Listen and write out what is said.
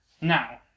Now